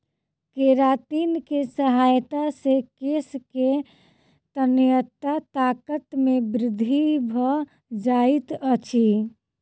keratin के सहायता से केश के तन्यता ताकत मे वृद्धि भ जाइत अछि